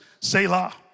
Selah